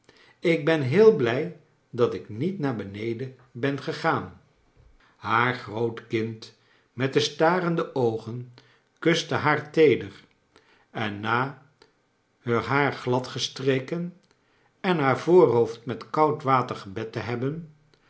ik ben heel blij dat ik niet naar beneden ben gegaan haar groot kind met de starende oogen kuste haar teeder en na heur haar gladgestreken en haar voorhoofd met koud water gebet te hebben